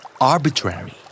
Arbitrary